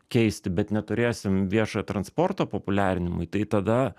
keisti bet neturėsim viešojo transporto populiarinimui tai tada